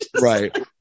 right